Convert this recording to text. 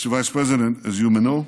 Mr. Vice President, as you may know,